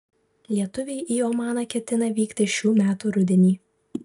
lietuviai į omaną ketina vykti šių metų rudenį